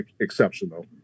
exceptional